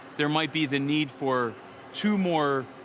there might be the need for two more